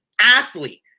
athlete